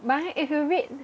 but if you read